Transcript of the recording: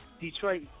Detroit